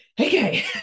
okay